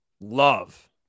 Love